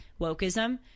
wokeism